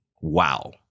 wow